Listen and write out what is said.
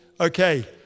Okay